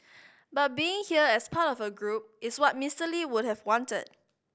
but being here as part of a group is what Mister Lee would have wanted